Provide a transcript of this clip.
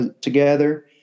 together